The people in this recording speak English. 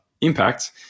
impact